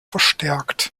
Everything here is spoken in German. verstärkt